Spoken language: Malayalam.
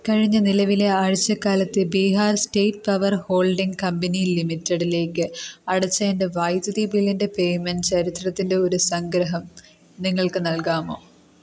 കഴിഞ്ഞ നിലവിലെ ആഴ്ചക്കാലത്തെ Bihar state power holding company ലിമിറ്റഡിലേക്ക് അടച്ച എൻ്റെ വൈദ്യുതി ബില്ലിൻ്റെ പേയ്മെൻ്റ് ചരിത്രത്തിൻ്റെ ഒരു സംഗ്രഹം നിങ്ങൾക്ക് നൽകാമോ